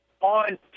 on